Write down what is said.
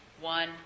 one